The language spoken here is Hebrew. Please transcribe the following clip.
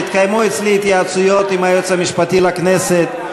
התקיימו אצלי התייעצויות עם היועץ המשפטי לכנסת.